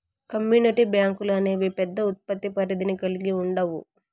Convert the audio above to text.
community బ్యాంకులు అనేవి పెద్ద ఉత్పత్తి పరిధిని కల్గి ఉండవు